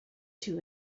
two